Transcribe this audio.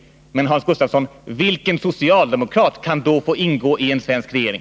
Men Hans Gustafsson: Vilken socialdemokrat kan då få ingå i en svensk regering?